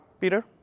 Peter